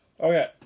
Okay